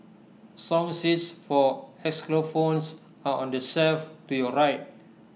song sheets for xylophones are on the self to your right